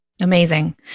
Amazing